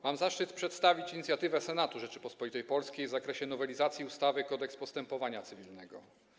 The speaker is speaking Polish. Mam zaszczyt przedstawić inicjatywę Senatu Rzeczypospolitej Polskiej w zakresie nowelizacji ustawy Kodeks postępowania cywilnego.